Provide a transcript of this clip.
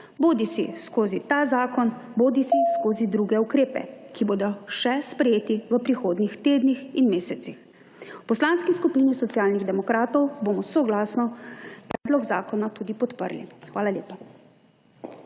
bodisi skozi ta zakon bodisi skozi druge ukrepe, ki bodo še sprejeti v prihodnjih tednih in mesecih. V Poslanski skupini Socialnih demokratov bomo soglasno predlog zakona tudi podprli. Hvala lepa.